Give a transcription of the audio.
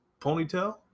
Ponytail